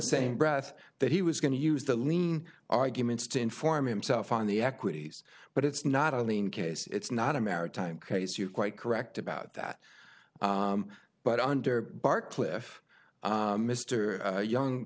same breath that he was going to use the lean arguments to inform him self on the equities but it's not only in case it's not a maritime case you're quite correct about that but under bar cliff mr young